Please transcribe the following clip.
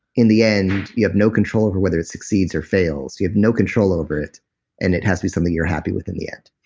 in the end, you have no control over whether it succeeds or fails. you have no control over it and it has to be something you're happy with in the end